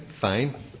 fine